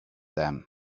them